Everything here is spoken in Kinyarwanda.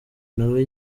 nawe